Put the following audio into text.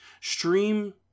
Stream